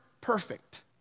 perfect